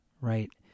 right